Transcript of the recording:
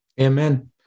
Amen